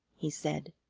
he said.